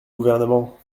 gouvernement